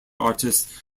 artists